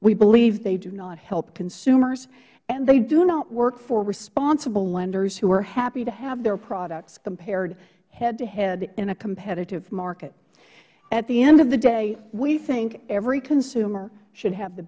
we believe they do not help consumers and they do not work for responsible lenders who are happy to have their products compared headtohead in a competitive market attend of the day we think every consumer should have the